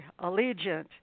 Allegiant